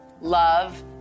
love